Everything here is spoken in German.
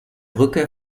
rückkehr